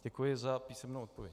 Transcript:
Děkuji za písemnou odpověď.